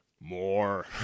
More